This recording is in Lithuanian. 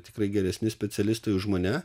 tikrai geresni specialistai už mane